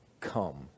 come